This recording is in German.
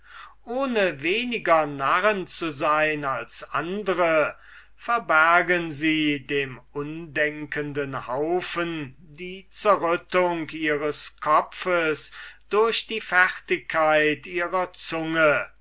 ohne weniger narren zu sein als andre verbergen sie dem undenkenden haufen die zerrüttung ihres kopfes durch die fertigkeit ihrer zunge